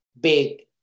big